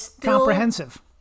comprehensive